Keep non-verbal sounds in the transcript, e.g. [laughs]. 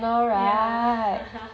[breath] ya [laughs]